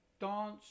dance